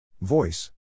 Voice